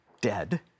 dead